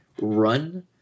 run